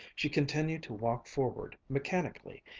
she continued to walk forward mechanically,